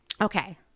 Okay